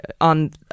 on